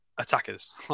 attackers